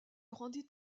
rendit